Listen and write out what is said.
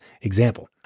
example